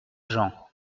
jean